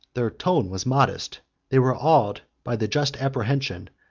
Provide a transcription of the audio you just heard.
their tone was modest they were awed by the just apprehension,